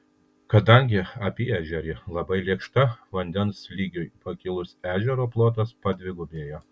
kadangi apyežerė labai lėkšta vandens lygiui pakilus ežero plotas padvigubėja